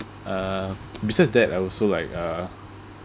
uh besides that I also like uh